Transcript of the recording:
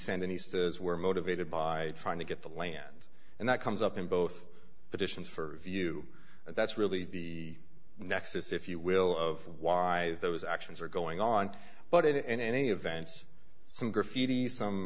sandinistas were motivated by trying to get the land and that comes up in both petitions for review and that's really the nexus if you will of why those actions are going on but in any event some graffiti some